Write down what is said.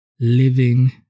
living